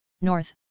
north